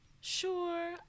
Sure